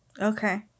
Okay